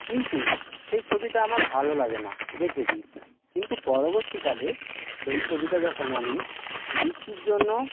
কিন্তু সেই ছবিটা আমার ভালো লাগে না রেখে দি কিন্তু পরবর্তীকালে সেই ছবিটা যখন আমি বিক্রির জন্য